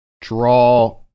draw